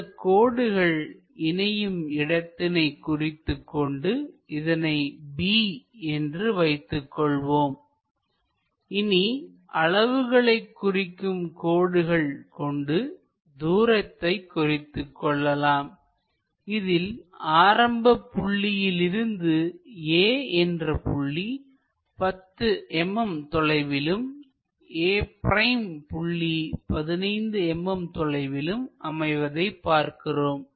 இந்தக் கோடுகள் இணையும் இடத்தினை குறித்துக்கொண்டு அதனை b என்று வைத்துக்கொள்வோம் இனி அளவுகளை குறிக்கும் கோடுகள் கொண்டு தூரத்தை குறித்துக் கொள்ளலாம் இதில் ஆரம்பப் புள்ளியிலிருந்து A என்ற புள்ளி 10 mm தொலைவிலும் a' புள்ளி 15 mm தொலைவிலும் அமைவதைப் பார்க்கிறோம்